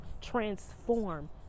transform